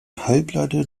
halbleiter